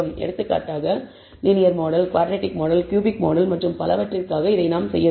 எடுத்துக்காட்டாக linear model quadratic model cubic model மற்றும் பலவற்றிற்காக இதை நாம் செய்ய வேண்டும்